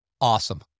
awesome